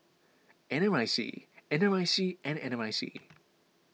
N R I C N R I C and N R I C